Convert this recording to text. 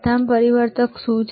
પ્રથમ પરિવર્તક શું કરશે